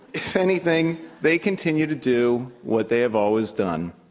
if anything they continue to do what they have always done,